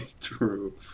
True